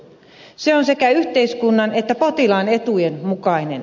se on sekä yhteiskunnan että potilaan etujen mukainen